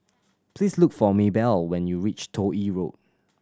please look for Mabelle when you reach Toh Yi Road